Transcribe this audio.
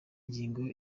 ingingo